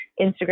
Instagram